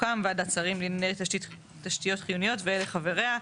תוקם וועדת שרים לענייני תשתיות חיוניות ואלה חבריה:".